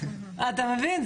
אתה מבין?